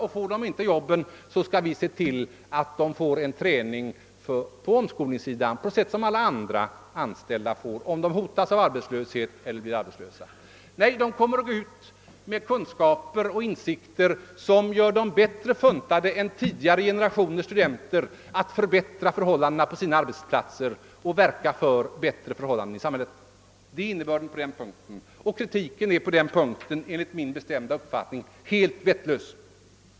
Och får de inte jobb skall vi se till att de får en träning på omskolningssidan på samma sätt som alla andra anställda får, om de hotas av arbetslöshet eller blivit arbetslösa. Nej, dessa studerande kommer att gå ut med kunskaper och insikter som gör dem mer rustade än tidigare generationers studenter att förbättra förhållandena på sina arbetsplatser och verka för bättre förhållanden i samhället. Det är innebörden av förslaget på den punkten, och kritiken är enligt min bestämda uppfattning helt vettlös.